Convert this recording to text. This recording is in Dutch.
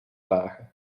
dragen